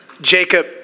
Jacob